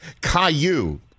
Caillou